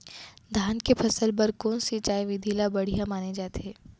धान के फसल बर कोन सिंचाई विधि ला बढ़िया माने जाथे?